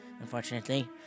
Unfortunately